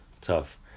tough